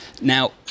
Now